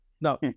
No